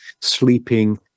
sleeping